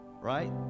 right